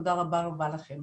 תודה רבה רבה לכם.